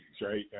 right